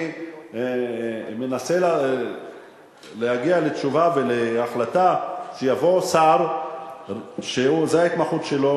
אני מנסה להגיע לתשובה ולהחלטה שיבוא שר שזו ההתמחות שלו.